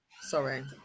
Sorry